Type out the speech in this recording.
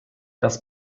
das